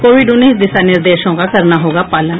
Covid उन्नीस दिशा निर्देशों का करना होगा पालन